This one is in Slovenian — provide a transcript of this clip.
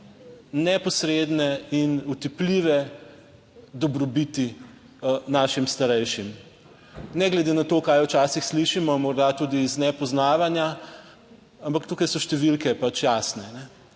neposredne in otipljive dobrobiti našim starejšim ne glede na to, kaj včasih slišimo morda tudi iz nepoznavanja. Ampak tukaj so številke pač jasne.